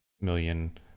million